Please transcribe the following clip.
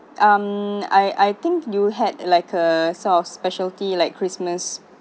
um I I think you had like a some of specialty like christmas